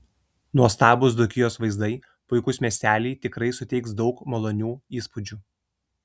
nuostabūs dzūkijos vaizdai puikūs miesteliai tikrai suteiks daug malonių įspūdžių